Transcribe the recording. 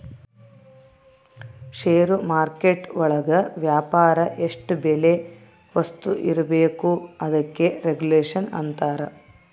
ಷೇರು market ಒಳಗ ವ್ಯಾಪಾರ ಎಷ್ಟ್ ಬೆಲೆ ವಸ್ತು ಇರ್ಬೇಕು ಅದಕ್ಕೆ ರೆಗುಲೇಷನ್ ಅಂತರ